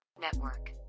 Network